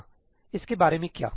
हां इसके बारे में क्या